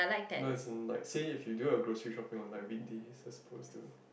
no as in like say if you do grocery shopping on the weekdays as oppose to